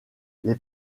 les